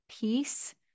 peace